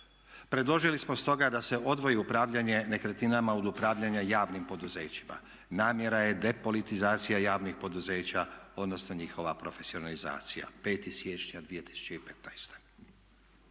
Predložili smo stoga da se odvoji upravljanje nekretninama od upravljanja javnim poduzećima. Namjera je depolitizacija javnih poduzeća, odnosno njihova profesionalizacija." – 5. siječnja 2016.